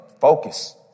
Focus